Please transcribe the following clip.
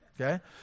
Okay